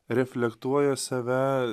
reflektuoja save